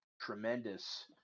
tremendous